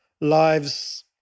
lives